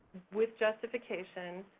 with justification,